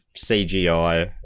CGI